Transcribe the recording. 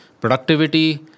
productivity